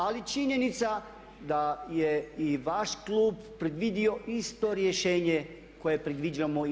Ali činjenica da je i vaš klub predvidio isto rješenje koje predviđamo i mi.